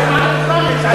מעל הדוכן לציין את זה.